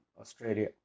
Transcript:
Australia